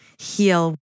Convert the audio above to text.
heal